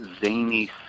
zany